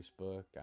Facebook